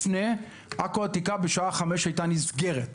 לפני כן התחנה בעכו העתיקה הייתה נסגרת,